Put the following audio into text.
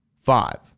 Five